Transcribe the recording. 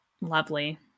Lovely